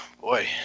boy